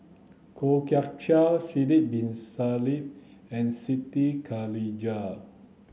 Kwok Kian Chow Sidek bin Saniff and Siti Khalijah